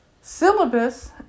syllabus